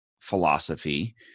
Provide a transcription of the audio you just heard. philosophy